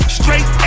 Straight